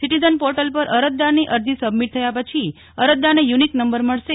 citizen portal પર અરજદારની અરજી સબમીટ થયા પછી અરજદારને યુનિક નંબર મળશે